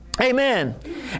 Amen